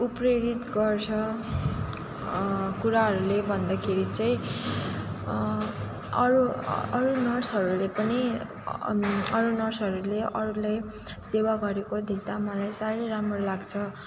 उत्प्रेरित गर्छ कुराहरूले भन्दाखेरि चाहिँ अरू अरू नर्सहरूले पनि अरू नर्सहरूले अरूले सेवा गरेको देख्दा मलाई साह्रै राम्रो लाग्छ